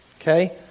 Okay